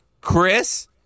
chris